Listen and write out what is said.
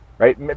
Right